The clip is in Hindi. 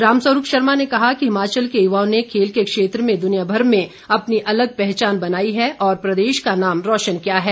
रामस्वरूप शर्मा ने कहा कि हिमाचल के युवाओं ने खेल के क्षेत्र में दुनियाभर में अपनी पहचान बनाई है और प्रदेश का नाम रोशन किया है